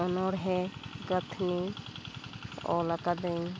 ᱚᱱᱚᱬᱦᱮᱸ ᱜᱟᱛᱷᱱᱤ ᱚᱞ ᱟᱠᱟᱫᱟᱹᱧ